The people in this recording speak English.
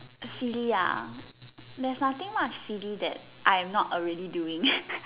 actually ah there's nothing much really that I am not already doing